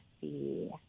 see